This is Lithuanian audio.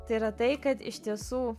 tai yra tai kad iš tiesų